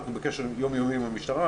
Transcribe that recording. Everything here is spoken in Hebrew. אנחנו בקשר יום-יומי עם המשטרה,